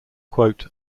quote